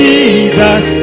Jesus